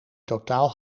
totaal